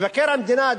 מבקר המדינה,